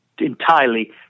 entirely